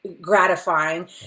gratifying